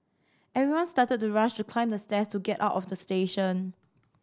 everyone started to rush to climb the stairs to get out of the station